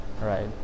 Right